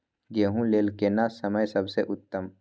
गेहूँ लेल केना समय सबसे उत्तम?